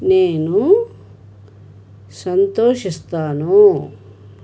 నేను సంతోషిస్తాను